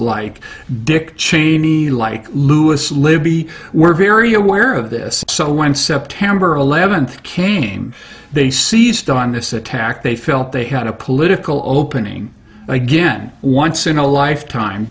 like dick cheney like lewis libby were very aware of this so when september eleventh came they seized on this attack they felt they had a political opening again once in a lifetime